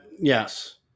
Yes